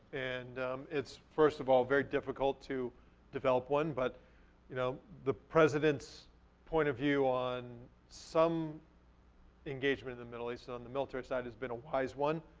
and it's, first of all, very difficult to develop one, but you know the president's point of view on some engagement in the middle east, on the military side, has been a wise one,